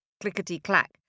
clickety-clack